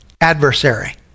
Adversary